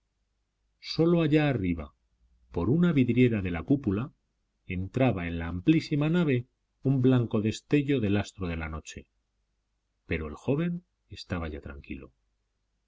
sólo allá arriba por una vidriera de la cúpula entraba en la amplísima nave un blanco destello del astro de la noche pero el joven estaba ya tranquilo